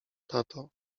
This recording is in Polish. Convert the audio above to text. tato